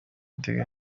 amateka